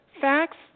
facts